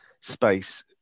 space